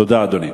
תודה, אדוני.